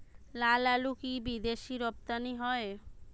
লালআলু কি বিদেশে রপ্তানি হয়?